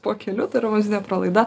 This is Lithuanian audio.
po keliu tai yra vos ne pralaida